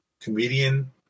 comedian